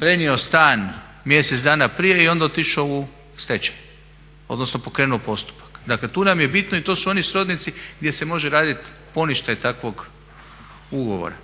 prenio stan mjesec dana prije i onda otišao u stečaj, odnosno pokrenuo postupak. Dakle, tu nam je bitno i to su oni srodnici gdje se može raditi poništaj takvog ugovora,